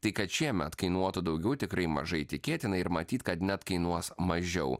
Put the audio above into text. tai kad šiemet kainuotų daugiau tikrai mažai tikėtina ir matyt kad net kainuos mažiau